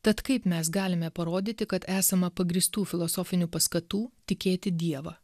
tad kaip mes galime parodyti kad esama pagrįstų filosofinių paskatų tikėti dievą